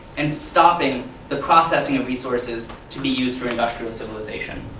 and stopping the processing of resources to be used for industrial civilization.